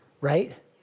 right